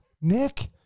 Nick